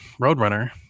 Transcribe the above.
Roadrunner